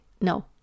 No